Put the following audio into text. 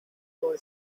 boy